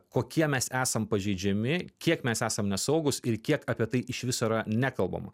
kokie mes esame pažeidžiami kiek mes esame nesaugūs ir kiek apie tai iš viso nekalbama